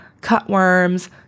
cutworms